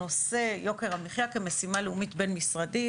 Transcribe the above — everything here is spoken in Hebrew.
נושא יוקר המחיה כמשימה לאומית בין-משרדית,